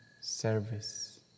service